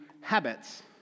habits